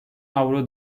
avro